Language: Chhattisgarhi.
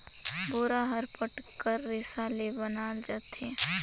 बोरा हर पट कर रेसा ले बनाल जाथे